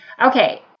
Okay